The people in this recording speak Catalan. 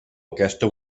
aquesta